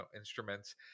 instruments